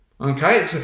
Okay